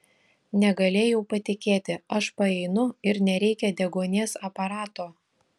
negalėjau patikėti aš paeinu ir nereikia deguonies aparato